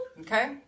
Okay